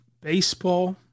baseball